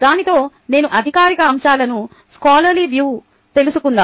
దానితో నేను అధికారిక అంశాలను స్కోలర్లీ వ్యూ తెలుసుకుందాం